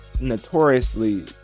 notoriously